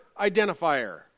identifier